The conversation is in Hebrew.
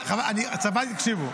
תקשיבו,